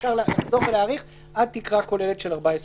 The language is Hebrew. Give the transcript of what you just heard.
אפשר לחזור ולהאריך עד תקרה כוללת של 14 יום.